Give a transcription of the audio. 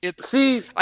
See